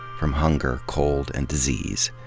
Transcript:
from hunger, cold, and disease.